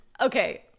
Okay